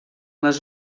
les